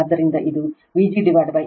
ಆದ್ದರಿಂದ ಇದು Vg ಇದು ಅಲ್ಲ 1